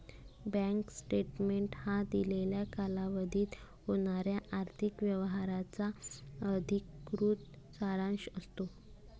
bank statement हा दिलेल्या कालावधीत होणाऱ्या आर्थिक व्यवहारांचा अधिकृत सारांश असतो